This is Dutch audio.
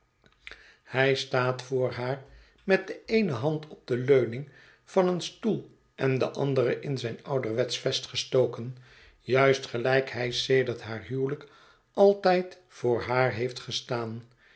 hij staat voor haar met de eene hand op de leuning van een stoel en de andere in zijn ouderwetsch vest gestoken juist gelijk hij sedert haar huwelijk altijd voor haar heeft gestaan